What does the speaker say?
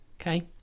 okay